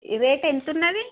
ఇవి రేటు ఎంత ఉన్నది